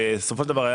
בסופו של דבר,